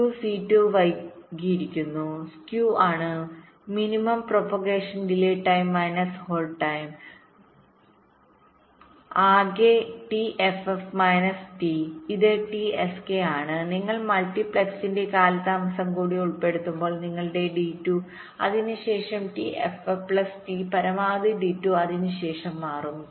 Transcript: സ്കൂ C2വൈകിയിരിക്കുന്നു skew ആണ്കുറഞ്ഞ പ്രജനന കാലതാമസം മൈനസ് ഹോൾഡ് സമയം ആകെ t ff മൈനസ് t ഇത് t sk ആണ് നിങ്ങൾ മൾട്ടിപ്ലക്സറിന്റെ കാലതാമസം കൂടി ഉൾപ്പെടുത്തുമ്പോൾ നിങ്ങളുടെ D2 അതിനു ശേഷം t ff plus t പരമാവധി D2 അതിനുശേഷം മാറും